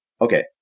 Okay